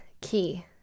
key